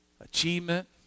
achievement